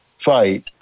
fight